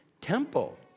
temple